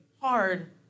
hard